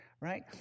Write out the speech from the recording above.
Right